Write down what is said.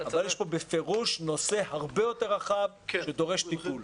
אבל יש פה בפירוש נושא הרבה יותר רחב שדורש טיפול.